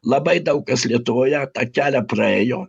labai daug kas lietuvoje tą kelią praėjo